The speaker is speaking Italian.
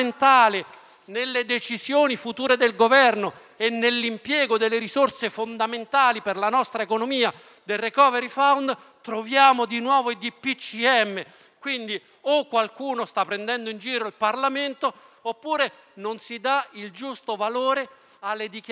nelle decisioni future del Governo e nell'impiego delle risorse fondamentali per la nostra economia del *recovery fund*, troviamo di nuovo il DPCM? Quindi, o qualcuno sta prendendo in giro il Parlamento, oppure non si dà il giusto valore alle dichiarazioni